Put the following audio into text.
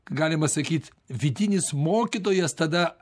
galima sakyt vidinis mokytojas tada